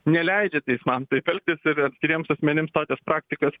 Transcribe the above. neleidžia teismams taip elgtis ir atskiriems asmenims tokias praktikas